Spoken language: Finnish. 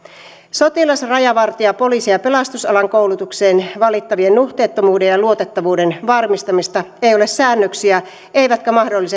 sotilaan rajavartijan poliisin ja pelastusalan koulutukseen valittavien nuhteettomuuden ja luotettavuuden varmistamisesta ei ole säännöksiä eivätkä mahdolliset